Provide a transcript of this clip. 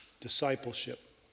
discipleship